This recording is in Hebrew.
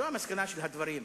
זו המסקנה של הדברים.